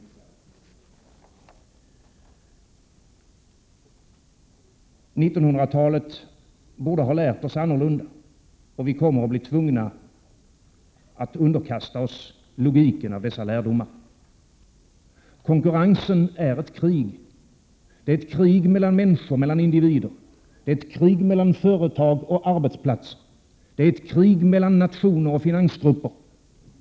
1900-talet borde ha lärt oss annorlunda, och vi kommer att bli tvungna att underkasta oss logiken i dessa lärdomar. Konkurrensen är ett krig — ett krig mellan människor, mellan individer, ett krig mellan företag och arbetsplatser, ett krig mellan nationer och finansgrupper.